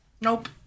Nope